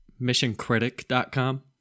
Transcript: MissionCritic.com